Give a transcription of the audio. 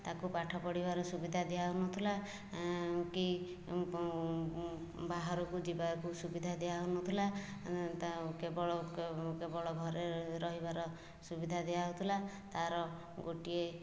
ତାକୁ ପାଠ ପଢ଼ିବାର ସୁବିଧା ଦିଆ ହେଉନଥିଲାକି ବାହାରକୁ ଯିବାକୁ ସୁବିଧା ଦିଅ ହେଉନଥିଲା କେବଳ କେବଳ ଘରେ ରହିବାର ସୁବିଧା ଦିଆହେଉଥିଲା ତାର ଗୋଟିଏ